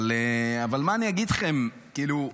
אבל מה אני אגיד לכם, כאילו,